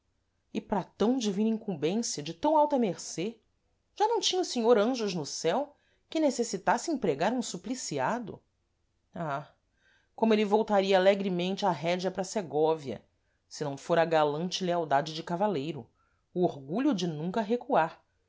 e para tam divina incumbência de tam alta mercê já não tinha o senhor anjos no céu que necessitasse empregar um supliciado ah como êle voltaria alegremente a rédea para segóvia se não fôra a galante lealdade de cavaleiro o orgulho de nunca recuar